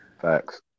Facts